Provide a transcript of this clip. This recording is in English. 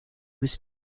was